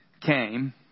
came